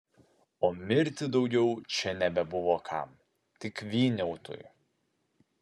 o mirti daugiau čia nebebuvo kam tik vyniautui